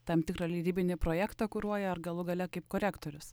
tam tikrą leidybinį projektą kuruoja ar galų gale kaip korektorius